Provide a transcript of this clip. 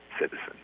citizen